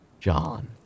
John